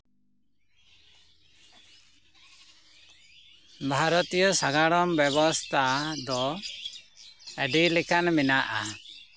ᱵᱷᱟᱨᱚᱛᱤᱭᱚ ᱥᱟᱜᱟᱲᱚᱢ ᱵᱮᱵᱚᱥᱛᱟ ᱫᱚ ᱟᱹᱰᱤ ᱞᱮᱠᱟᱱ ᱢᱮᱱᱟᱜᱼᱟ